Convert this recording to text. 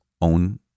own